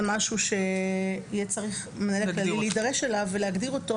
זה משהו שיהיה צריך המנהל הכללי להידרש אליו ולהגדיר אותו,